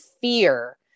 fear